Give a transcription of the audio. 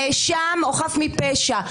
נאשם או חף מפשע.